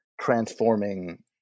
transforming